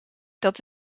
dat